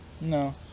No